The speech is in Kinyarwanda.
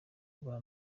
bwa